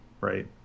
right